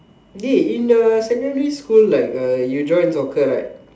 dey in the secondary school like uh you join soccer right